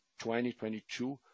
2022